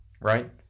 right